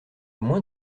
moins